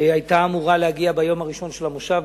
היתה אמורה להגיע ביום הראשון של המושב,